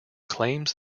claims